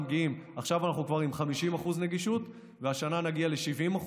עכשיו אנחנו כבר עם 50% נגישות, והשנה נגיע ל-70%.